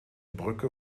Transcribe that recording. brücke